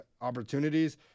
opportunities